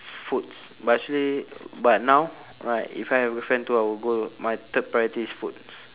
foods but actually but now right if I have girlfriend too I will go my third priority is foods